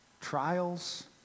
trials